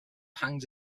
hangs